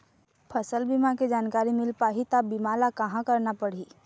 फसल बीमा के जानकारी मिल पाही ता बीमा ला कहां करना पढ़ी?